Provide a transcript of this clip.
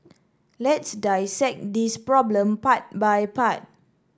let's dissect this problem part by part